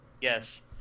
Yes